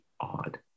odd